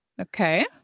Okay